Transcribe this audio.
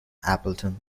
appleton